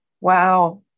Wow